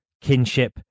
kinship